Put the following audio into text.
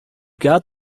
got